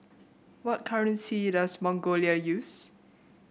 what currency does Mongolia use